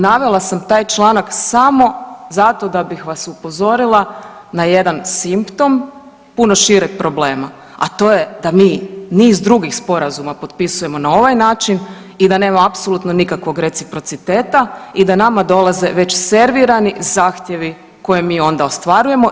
Navela sam taj članak samo zato da bih vas upozorila na jedan simptom puno šireg problema, a to je da mi niz drugih sporazuma potpisujemo na ovaj način i da nema apsolutno nikakvog reciprociteta i da nama dolaze već servirani zahtjevi koje mi onda ostvarujemo.